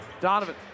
Donovan